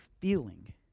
feeling